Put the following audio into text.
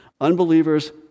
Unbelievers